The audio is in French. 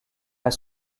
high